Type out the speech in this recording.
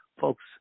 Folks